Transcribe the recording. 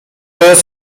jest